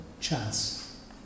chance